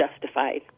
justified